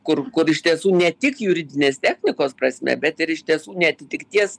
kur kur iš tiesų ne tik juridinės technikos prasme bet ir iš tiesų neatitikties